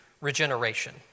regeneration